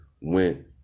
went